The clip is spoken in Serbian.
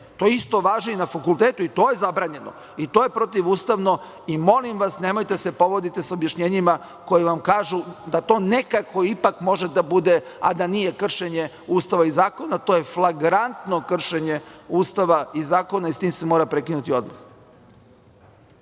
to isto važi i na fakultetu i to je zabranjeno i to je protivustavno i molim vas, nemojte se povoditi sa objašnjenjima koji vam kažu – da to nekako ipak može da bude, a da nije kršenje Ustava i zakona, to je flagrantno kršenje Ustava i zakona i sa tim se mora prekinuti odmah.